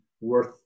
worth